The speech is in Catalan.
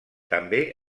també